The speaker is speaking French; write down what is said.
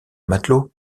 matelot